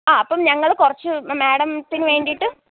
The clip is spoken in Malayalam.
ആ അപ്പം ഞങ്ങൾ കുറച്ച് മാഡത്തിനു വേണ്ടിയിട്ട്